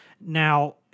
Now